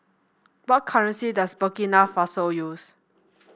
what currency does Burkina Faso use